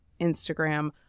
Instagram